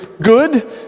good